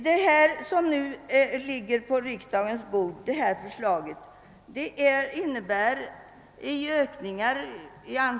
Det förslag som nu ligger på riksdagens bord innebär betydande anslagsökningar.